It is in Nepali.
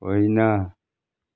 होइन